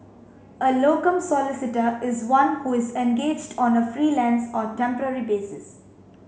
a locum solicitor is one who is engaged on a freelance or temporary basis